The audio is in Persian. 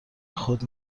خود